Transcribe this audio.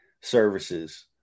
services